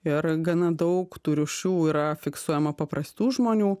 ir gana daug tų rūšių yra fiksuojama paprastų žmonių